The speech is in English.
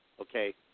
okay